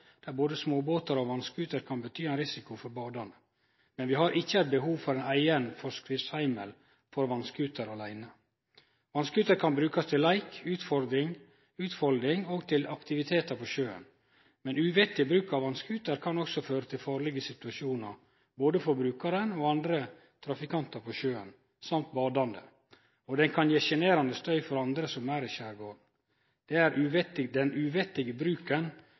der både småbåtar og vass-scooterar kan vere ein risiko for badande. Men vi har ikkje behov for ein eigen heimel for forskrift for vass-scooter. Vass-scooterar kan brukast til leik, utfalding og aktivitet på sjøen. Men uvettig bruk av vass-scooter kan også føre til farlege situasjonar både for brukaren og andre trafikantar på sjøen, samt badande, og den kan gje sjenerande støy for andre som er i skjergarden. Det er den uvettige bruken